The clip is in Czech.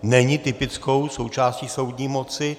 Není typickou součástí soudní moci.